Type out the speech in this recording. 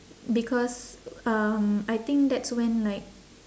because um I think that's when like